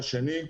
דבר שני,